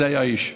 זה היה האיש,